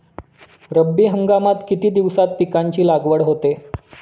रब्बी हंगामात किती दिवसांत पिकांची लागवड होते?